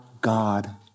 God